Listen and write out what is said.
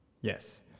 Yes